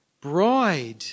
bride